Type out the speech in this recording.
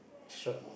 shot